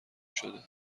شده